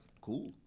cool